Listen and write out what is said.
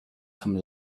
come